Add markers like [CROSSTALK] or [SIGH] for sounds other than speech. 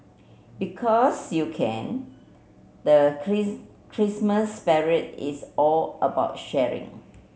because you can the [UNINTELLIGIBLE] Christmas spirit is all about sharing